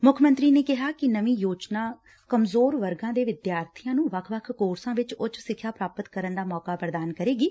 ਮੁੱਖ ਮੰਤਰੀ ਨੇ ਕਿਹਾ ਕਿ ਨਵੀ ਯੋਜਨਾ ਕਮਜ਼ੋਰ ਵਰਗਾਂ ਦੇ ਵਿਦਿਆਰਥੀਆਂ ਨੂੰ ਵੱਖ ਵੱਖ ਕੋਰਸਾਂ ਵਿੱਚ ਉਂਚ ਸਿੱਖਿਆ ਪੁਾਪਤ ਕਰਨ ਦਾ ਮੌਕਾ ਪੁਦਾਨ ਕਰੇਗੀ